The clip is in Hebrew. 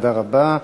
תודה רבה.